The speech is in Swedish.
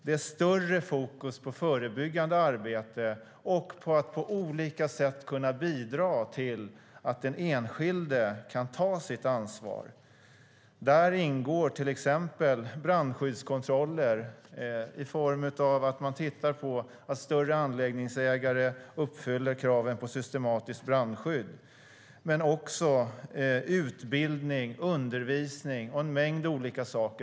Det är större fokus på förebyggande arbete och på att på olika sätt kunna bidra till att den enskilde kan ta sitt ansvar. Där ingår till exempel brandskyddskontroller i form av att man tittar på att större anläggningsägare uppfyller kraven på systematiskt brandskydd men också utbildning, undervisning och en mängd olika saker.